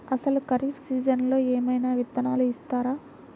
అసలు ఖరీఫ్ సీజన్లో ఏమయినా విత్తనాలు ఇస్తారా?